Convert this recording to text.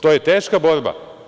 To je teška borba.